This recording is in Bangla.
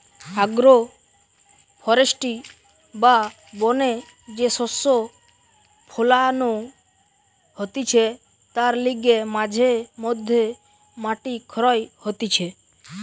আগ্রো ফরেষ্ট্রী বা বনে যে শস্য ফোলানো হতিছে তার লিগে মাঝে মধ্যে মাটি ক্ষয় হতিছে